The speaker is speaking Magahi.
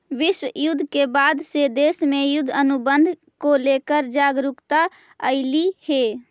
विश्व युद्ध के बाद से देश में युद्ध अनुबंध को लेकर जागरूकता अइलइ हे